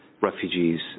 refugees